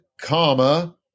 comma